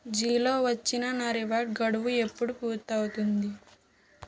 జీలో వచ్చిన నా రివార్డ్ గడువు ఎప్పుడు పూర్తవుతుంది